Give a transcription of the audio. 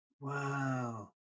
Wow